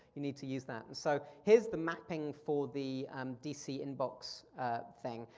you need to use that. and so here's the mapping for the um dc inbox thing.